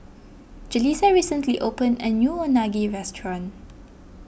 Jalisa recently opened a new Unagi restaurant